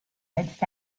edged